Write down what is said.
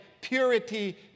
purity